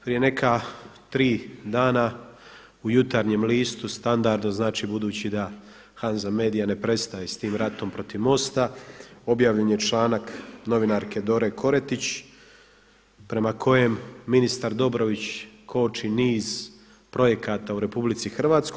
Prije neka tri dana u Jutarnjem listu, standardno znači budući da Hanzamedia ne prestaje s tim ratom protiv Mosta, objavljen je članak novinarke Dore Koretić prema kojem ministar Dobrović koči niz projekata u Republici Hrvatskoj.